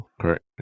Correct